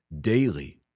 daily